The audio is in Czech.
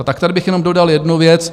Tak tady bych jenom dodal jednu věc.